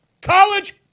College